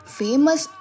famous